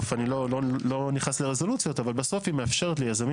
אני לא נכנס לרזולוציות אבל בסוף היא מאפשרת ליזמים